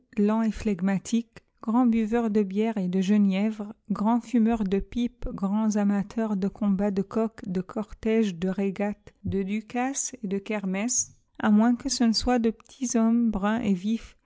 et flegmatiques grands buveurs de bière et de genièvre grands fumeurs de pipes grands amateurs de combats de coqs de cortèges de régates de ducasses et de kermesses à moins que ce ne soient de petits hommes bruns et vifs